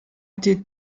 été